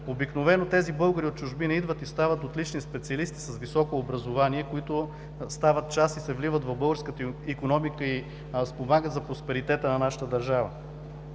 Обикновено тези българи от чужбина идват и стават отлични специалисти. С високото си образование се вливат в българската икономика и спомагат за просперитета на нашата държава.